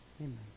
Amen